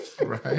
right